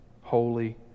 Holy